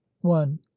one